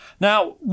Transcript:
Now